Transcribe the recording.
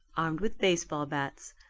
armed with baseball bats,